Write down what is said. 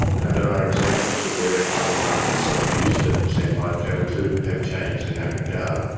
and there are examples of where other markets that we used to send live cattle too have changed in that regard.